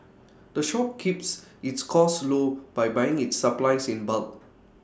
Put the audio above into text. the shop keeps its costs low by buying its supplies in bulk